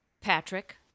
Patrick